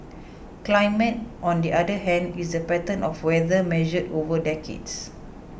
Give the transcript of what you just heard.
climate on the other hand is the pattern of weather measured over decades